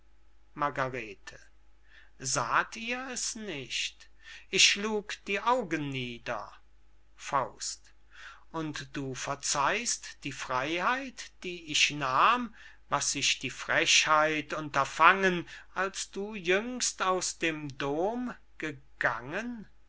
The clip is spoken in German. margarete saht ihr es nicht ich schlug die augen nieder und du verzeihst die freyheit die ich nahm was sich die frechheit unterfangen als du jüngst aus dem dom gegangen